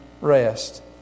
rest